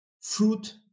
fruit